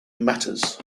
matters